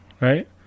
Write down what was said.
right